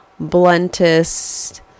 bluntest